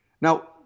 Now